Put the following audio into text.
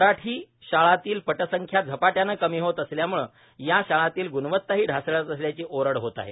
मराठी शाळांतील पटसंख्या झपाट्याने कमी होत असल्याने या शाळांतील ग्णवताही ढासळत असल्याची ओरड होत आहे